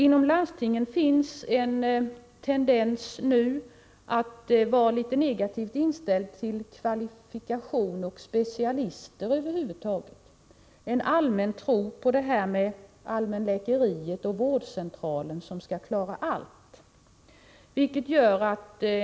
Inom landstingen finns nu en tendens att vara negativt inställd till kvalifikation och till specialister över huvud taget, en allmäntro på detta med allmänläkeriet och vårdcentraler som skall klara allt.